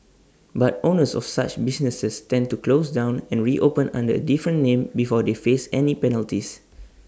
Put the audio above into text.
but owners of such businesses tend to close down and reopen under A different name before they face any penalties